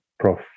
Prof